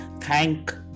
thank